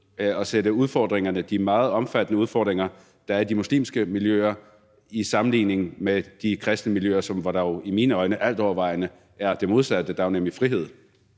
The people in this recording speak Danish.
er proportionalt at se de meget omfattende udfordringer, der er i de muslimske miljøer, i sammenligning med de kristne miljøer, hvor der jo i mine øjne i alt overvejende grad er det modsatte? Der er jo nemlig frihed.